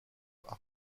par